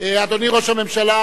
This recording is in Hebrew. הממשלה,